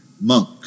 monk